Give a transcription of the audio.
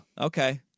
Okay